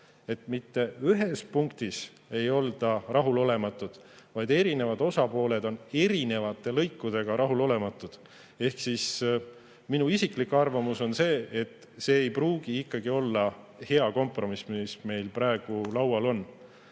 et mitte ühes punktis ei olda rahulolematud, vaid erinevad osapooled on erinevate lõikudega rahulolematud. Minu isiklik arvamus on see, et see ei pruugi ikkagi olla hea kompromiss, mis meil praegu laual on.